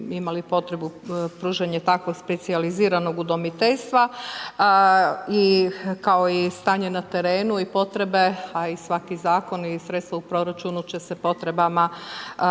imali potrebu pružanje takvog specijaliziranog udomiteljstva. I kao i stanje na terenu i potrebe, a i svaki zakon i sredstva u proračuna će se potrebama i